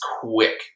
quick